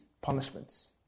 punishments